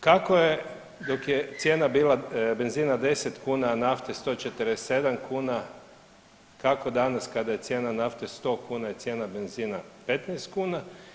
Kako je dok je cijena bila benzina 10 kuna, a nafte 147 kuna kako danas kada je cijena nafte 100 kuna i cijena benzina 15 kuna.